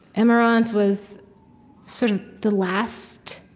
emarante was sort of the last